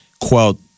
quote